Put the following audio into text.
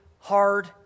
hard